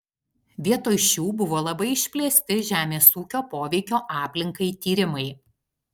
vietoj šių buvo labai išplėsti žemės ūkio poveikio aplinkai tyrimai